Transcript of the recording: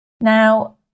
Now